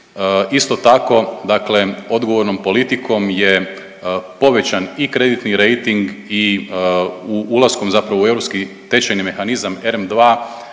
Isto tako dakle odgovornom politikom je povećan i kreditni rejting i ulaskom zapravo u Europski tečajni mehanizam ERM